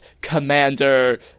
Commander